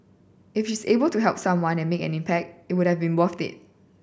if she is able to help someone and make an impact it would have been worth it